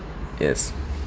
yes